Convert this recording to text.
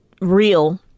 real